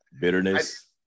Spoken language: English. Bitterness